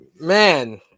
Man